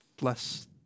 less